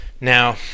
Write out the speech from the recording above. Now